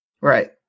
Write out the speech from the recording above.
Right